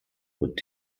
und